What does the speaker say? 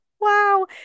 wow